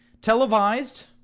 televised